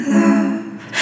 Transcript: love